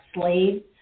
slaves